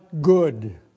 good